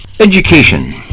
Education